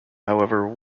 however